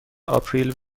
آپریل